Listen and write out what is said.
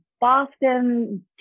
Boston